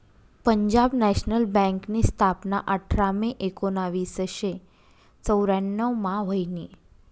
Punjab national बँकनी स्थापना आठरा मे एकोनावीसशे चौर्यान्नव मा व्हयनी